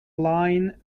line